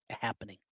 happening